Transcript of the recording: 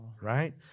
right